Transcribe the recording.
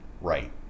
right